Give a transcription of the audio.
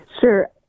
Sure